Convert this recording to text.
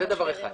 זה דבר אחד.